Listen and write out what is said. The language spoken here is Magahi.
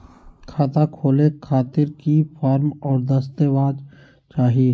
खाता खोले खातिर की की फॉर्म और दस्तावेज चाही?